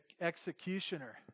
executioner